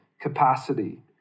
Capacity